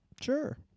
Sure